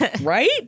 right